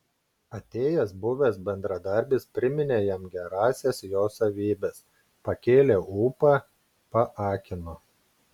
atėjęs buvęs bendradarbis priminė jam gerąsias jo savybes pakėlė ūpą paakino